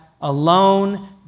Alone